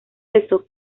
esto